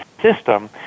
system